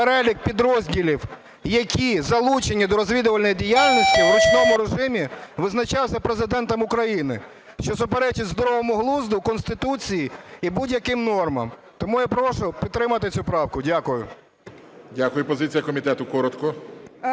перелік підрозділів, які залучені до розвідувальної діяльності, в ручному режимі визначався Президентом України, що суперечить здоровому глузду, Конституції і будь-яким нормам. Тому я прошу підтримати цю правку. Дякую. ГОЛОВУЮЧИЙ. Дякую. Позиція комітету коротко.